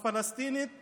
הפלסטינית